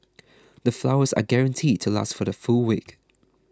the flowers are guaranteed to last for the full week